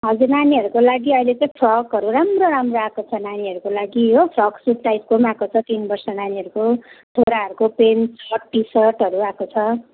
हजुर नानीहरूको लागि अहिले चाहिँ फ्रकहरू राम्रो राम्रो आएको छ नानीहरूको लागि हो फ्रक सुट टाइपको पनि आएको छ तिन वर्ष नानीहरूको छोराहरूको प्यान्ट सर्ट टीसर्टहरू आएको छ